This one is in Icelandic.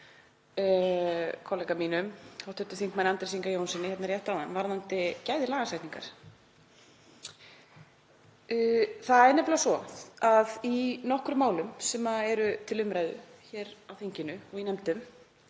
kollega mínum, hv. þm. Andrési Inga Jónssyni, rétt áðan varðandi gæði lagasetningar. Það er nefnilega svo að í nokkrum málum sem eru til umræðu hér á þinginu og í nefndum